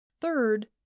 Third